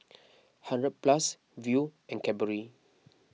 hundred Plus Viu and Cadbury